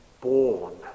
born